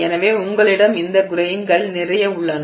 எனவே உங்களிடம் இந்த கிரெய்ன்கள் நிறைய உள்ளன